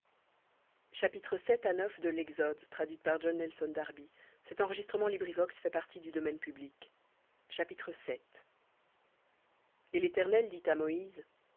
et l'éternel dit à moïse